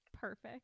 Perfect